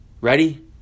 Ready